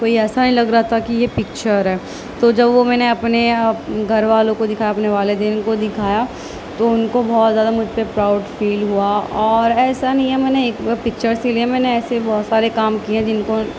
تو یہ ایسا نہیں لگ رہا تھا کہ یہ پکچر ہے تو جب وہ میں نے اپنے گھر والوں کو دکھایا اپنے والدین کو دکھایا تو ان کو بہت زیادہ مجھ پہ پراؤڈ فیل ہوا اور ایسا نہیں ہے میں نے پکچرس کے لیے میں نے ایسے بہت سارے کام کیے ہیں جن کو